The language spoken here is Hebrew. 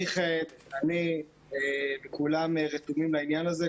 מיכאל, אני, וכולם רתומים לעניין הזה.